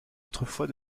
autrefois